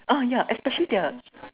ah yeah especially there